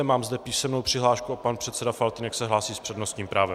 Mám zde písemnou přihlášku a pan předseda Faltýnek se hlásí s přednostním právem.